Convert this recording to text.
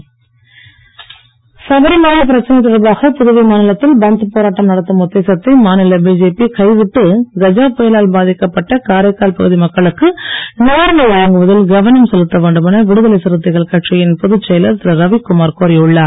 திருமாவளவன் சபரிமலை பிரச்சனைத் தொடர்பாக புதுவை மாநிலத்தில் பந்த் போராட்டம் நடத்தும் உத்தேசத்தை மாநில பிஜேபி கைவிட்டு கஜா புயலால் பாதிக்கப்பட்ட காரைக்கால் பகுதி மக்களுக்கு நிவாரணம் வழங்குவதில் கவனம் செலுத்த வேண்டும் என விடுதலை சிறுத்தைகள் கட்சியின் பொதுச் செயலர் திரு ரவிக்குமார் கோரி உள்ளார்